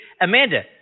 Amanda